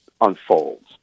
unfolds